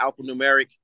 alphanumeric